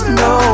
no